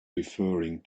referring